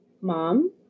Mom